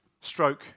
stroke